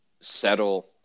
settle